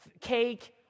cake